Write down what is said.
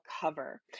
cover